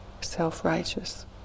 Self-righteous